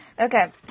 Okay